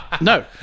No